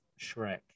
Shrek